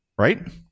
right